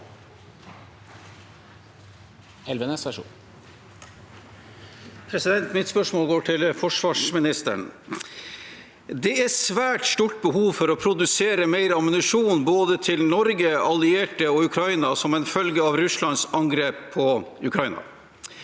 Mitt spørsmål går til forsvarsministeren. Det er svært stort behov for å produsere mer ammunisjon, til både Norge, allierte og Ukraina, som en følge av Russlands angrep på Ukraina.